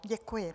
Děkuji.